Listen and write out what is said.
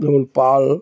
পাল